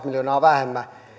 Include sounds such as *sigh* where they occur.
*unintelligible* miljoonaa vähemmän